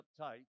uptight